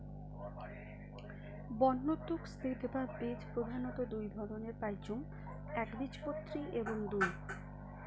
বন্য তুক সিড বা বীজ প্রধানত দুই ধরণের পাইচুঙ একবীজপত্রী এবং দুই